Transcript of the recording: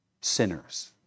sinners